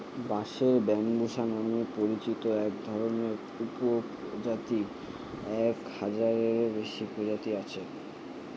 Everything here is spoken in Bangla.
বাঁশের ব্যম্বুসা নামে পরিচিত একধরনের উপপ্রজাতির এক হাজারেরও বেশি প্রজাতি আছে